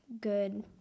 good